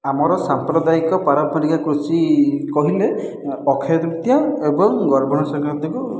ଆମର ସାମ୍ପ୍ରଦାୟିକ ପାରମ୍ପରିକ କୃଷି କହିଲେ ଅକ୍ଷୟ ତୃତୀୟା ଏବଂ ଗର୍ଭଣାସଂକ୍ରାନ୍ତିକୁ